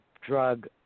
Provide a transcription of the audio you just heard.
drug